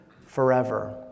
forever